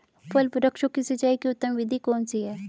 फल वृक्षों की सिंचाई की उत्तम विधि कौन सी है?